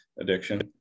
addiction